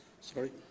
Sorry